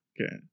Okay